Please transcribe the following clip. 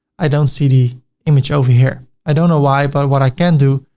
i don't see the image over here. i don't know why, but what i can do,